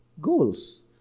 Goals